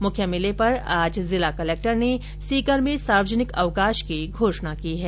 मुख्य मेले पर आज जिला कलेक्टर ने जिले में सार्वजनिक अवकाश की घोषणा की है